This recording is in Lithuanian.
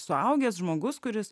suaugęs žmogus kuris